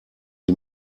sie